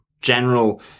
general